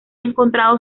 encontrado